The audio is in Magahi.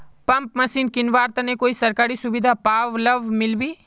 पंप मशीन किनवार तने कोई सरकारी सुविधा बा लव मिल्बी?